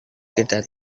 kita